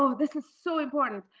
so this is so important.